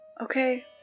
Okay